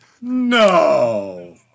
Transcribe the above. No